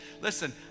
listen